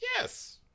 Yes